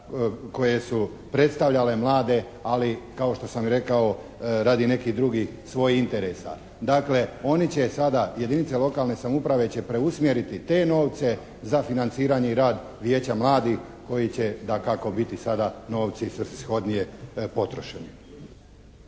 koje su predstavljale mlade ali kao što sam i rekao radi nekih drugih svojih interesa. Dakle oni će sada, jedinice lokalne samouprave će preusmjeriti te novce za financiranje i rad Vijeća mladih koji će dakako biti sada novci svrsishodnije potrošeni.